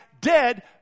dead